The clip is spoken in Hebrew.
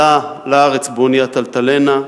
עלה לארץ באונייה "אלטלנה",